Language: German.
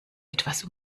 etwas